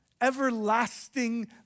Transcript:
everlasting